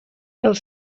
els